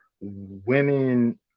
women